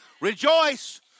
Rejoice